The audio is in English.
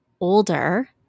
older